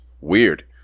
weird